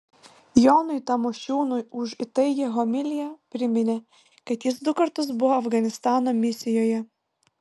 jonui tamošiūnui už įtaigią homiliją priminė kad jis du kartus buvo afganistano misijoje